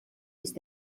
ist